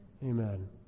Amen